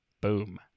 boom